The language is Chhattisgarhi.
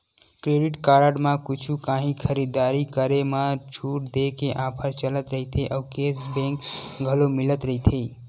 क्रेडिट कारड म कुछु काही खरीददारी करे म छूट देय के ऑफर चलत रहिथे अउ केस बेंक घलो मिलत रहिथे